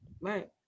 Right